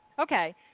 Okay